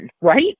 right